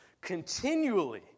continually